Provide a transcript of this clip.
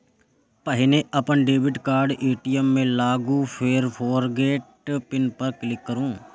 पहिने अपन debit card ATM मे डालू, फेर फोरगेट पिन पर क्लिक करू